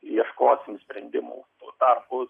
ieškosim sprendimų tuo tarpu